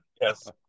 Yes